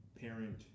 parent